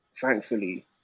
thankfully